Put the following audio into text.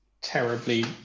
terribly